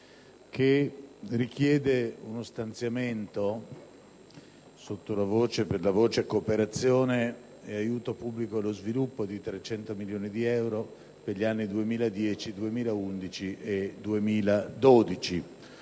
si richiede lo stanziamento, per la voce cooperazione e aiuto pubblico allo sviluppo, di 300 milioni di euro per ciascuno degli anni 2010, 2011 e 2012.